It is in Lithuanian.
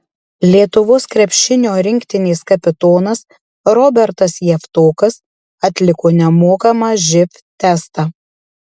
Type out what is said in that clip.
lietuvos krepšinio rinktinės kapitonas robertas javtokas atliko nemokamą živ testą